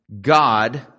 God